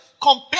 compare